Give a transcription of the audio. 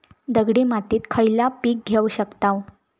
दगडी मातीत खयला पीक घेव शकताव?